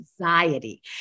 anxiety